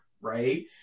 right